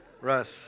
Russ